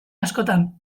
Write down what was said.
askotan